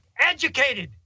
educated